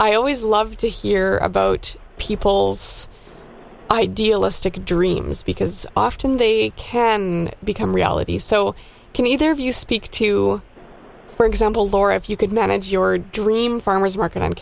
i always love to hear a boat people's idealistic dreams because often they can become reality so can either of you speak to for example or if you could manage your dream farmer's market on